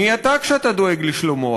מי אתה כשאתה דואג לשלומו?